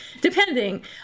depending